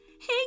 Hey